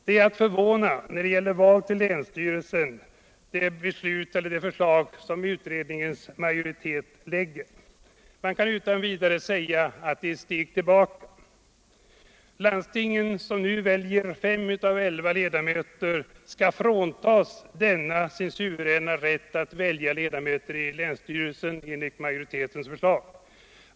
Det förslag när det gäller val till länsstyrelser som utredningens majoritet lägger fram är förvånande. Man kan utan vidare säga att det är ett steg tillbaka. Landstingen, som nu väljer fem av elva ledamöter, skall enligt majoritetens förslag fråntas denna sin suveräna rätt att välja ledamöter.